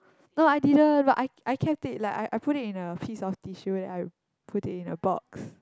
no I didn't but I I kept it like I I put it in a piece of tissue then I put it in a box